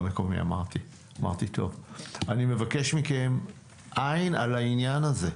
אני מבקש מכם לשים עין על העניין הזה,